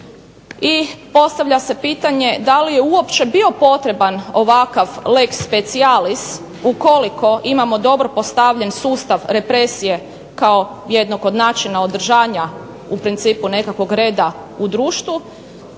i postavlja se pitanje da li je uopće bio potreban ovakav leg specialis ukoliko imamo dobro postavljen sustav represije kao jednog od načina održanja u principu nekakvog reda u društvu